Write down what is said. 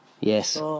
Yes